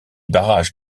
barrages